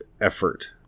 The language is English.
effort